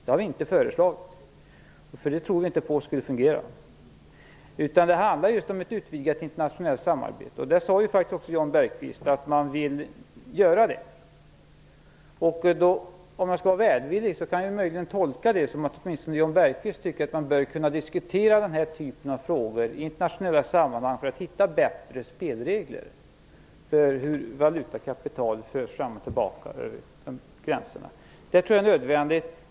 Det tror vi inte skulle fungera. Det handlar just om ett utvidgat internationellt samarbete. Jan Bergqvist sade också att man vill ha ett sådant. Om jag skall vara välvillig kan jag möjligen tolka det som att åtminstone Jan Bergqvist tycker att man bör kunna diskutera den här typen av frågor i internationella sammanhang för att hitta bättre spelregler för hur valutakapital förs fram och tillbaka över gränserna. Det tror jag är nödvändigt.